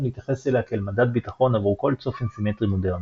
להתייחס אליה כאל מדד ביטחון עבור כל צופן סימטרי מודרני.